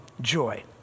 joy